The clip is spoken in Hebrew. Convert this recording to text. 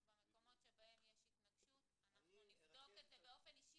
במקומות שבהם יש התנגשות אנחנו נבדוק את זה באופן אישי.